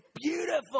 beautiful